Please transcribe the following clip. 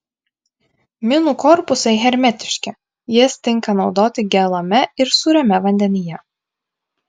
minų korpusai hermetiški jas tinka naudoti gėlame ir sūriame vandenyje